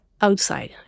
outside